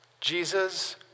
Jesus